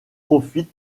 profite